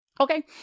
Okay